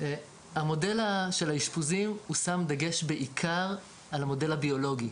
המודל של האשפוזים שם דגש בעיקר על המודל הביולוגי.